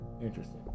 interesting